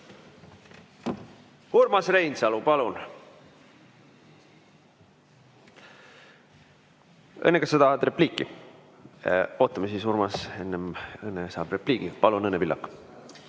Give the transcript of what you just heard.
Urmas Reinsalu, palun! Õnne, kas sa tahad repliiki? Ootame siis, Urmas, enne Õnne saab repliigi. Palun, Õnne Pillak!